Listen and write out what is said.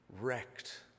wrecked